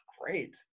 great